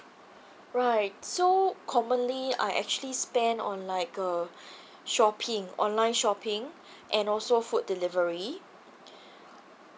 right so commonly I actually spend on like uh shopping online shopping and also food delivery